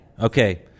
Okay